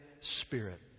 spirit